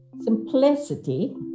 Simplicity